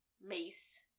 mace